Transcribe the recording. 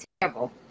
terrible